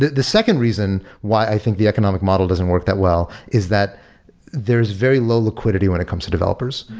the the second reason why i think the economic model doesn't work that well is that there is very low liquidity when it comes to developers,